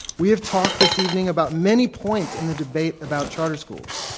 we have talked this evening about many points in the debate about charter schools,